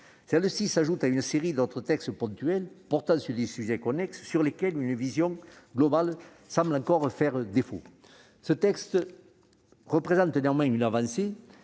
Celle-ci s'ajoute à une série d'autres textes ponctuels portant sur des sujets connexes sur lesquels une vision globale semble encore faire défaut. Ce texte représente néanmoins une avancée